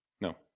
No